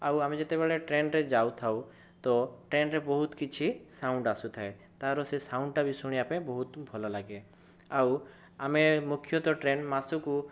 ଆଉ ଆମେ ଯେତେବେଳେ ଟ୍ରେନରେ ଯାଉଥାଉ ତ ଟ୍ରେନର ବହୁତ କିଛି ସାଉଣ୍ଡ ଅସୁଥାଏ ତା ର ସେ ସାଉଣ୍ଡଟା ବି ଶୁଣିବା ପାଇଁ ବହୁତ ଭଲ ଲାଗେ ଆଉ ଆମେ ମୁଖ୍ୟତଃ ଟ୍ରେନ ମାସକୁ